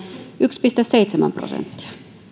yksi pilkku seitsemän prosenttia